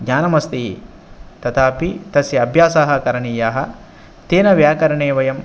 ज्ञानमस्ति तथापि तस्य अभ्यासः करणीयः तेन व्याकरणे वयं